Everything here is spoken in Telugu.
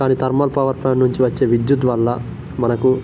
కానీ థర్మల్ పవర్ ప్లాంట్ నుంచి వచ్చే విద్యుత్ వల్ల మనకు